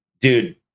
dude